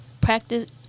practice